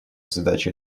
задача